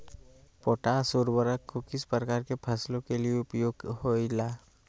Potash उर्वरक को किस प्रकार के फसलों के लिए उपयोग होईला?